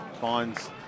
finds